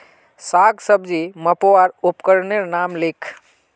साग सब्जी मपवार उपकरनेर नाम लिख?